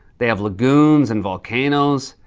they have lagoons and volcanoes.